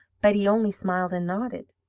but he only smiled and nodded.